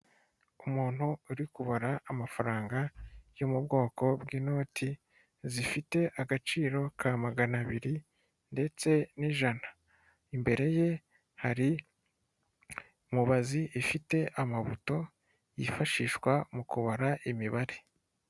Umuntu uri kubabora amafaranga yo mu bwoko bw'inoti zifite agaciro ka magana abiri ndetse n'ijana, imbere ye hari mubazi ifite amabuto yifashishwa mu kubara imibare.